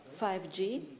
5G